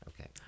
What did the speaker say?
Okay